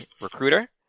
recruiter